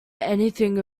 anything